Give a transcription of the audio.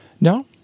no